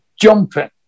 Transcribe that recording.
Jumping